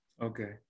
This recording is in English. okay